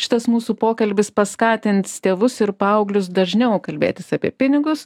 šitas mūsų pokalbis paskatins tėvus ir paauglius dažniau kalbėtis apie pinigus